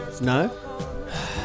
No